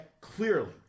clearly